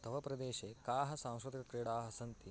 तव प्रदेशे काः सांस्कृतिकक्रीडाः सन्ति